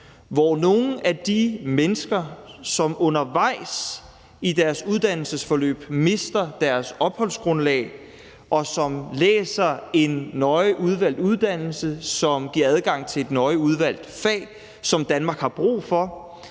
hvor nogle af de mennesker, som undervejs i deres uddannelsesforløb mister deres opholdsgrundlag, og som er på en nøje udvalgt uddannelse, som giver adgang til et nøje udvalgt fag, som Danmark har brug for,